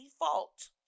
default